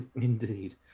Indeed